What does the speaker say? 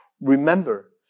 Remember